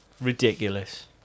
Ridiculous